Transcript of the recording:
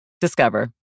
Discover